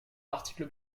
l’article